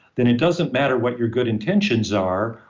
then it doesn't matter what your good intentions are,